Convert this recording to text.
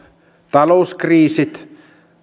talouskriisit